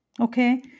okay